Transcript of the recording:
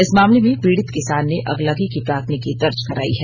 इस मामले में पीड़ित किसान ने अगलगी की प्राथमिकी दर्ज कराई है